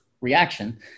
reaction